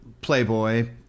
playboy